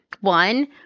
one